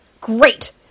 Great